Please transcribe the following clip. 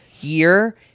year